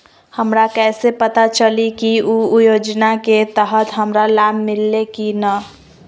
हमरा कैसे पता चली की उ योजना के तहत हमरा लाभ मिल्ले की न?